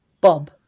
Bob